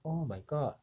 oh my god